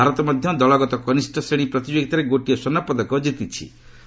ଭାରତ ମଧ୍ୟ ଦଳଗତ କନିଷ୍ଠ ଶ୍ରେଣୀ ପ୍ରତିଯୋଗୀତାରେ ଗୋଟିଏ ସ୍ୱର୍ଷ୍ଣ ପଦକ ଜିତିଚି